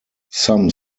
some